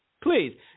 please